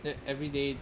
then every day